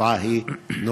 התופעה היא נוראית.